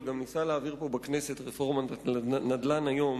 שגם ניסה להעביר פה בכנסת רפורמת נדל"ן היום,